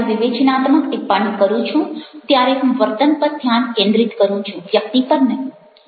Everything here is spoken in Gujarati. હું જ્યારે વિવેચનાત્મક ટિપ્પણી કરું છું ત્યારે હું વર્તન પર ધ્યાન કેન્દ્રિત કરું છું વ્યક્તિ પર નહિ